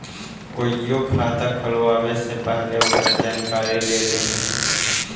कोईओ खाता खुलवावे से पहिले ओकर जानकारी ले लिहें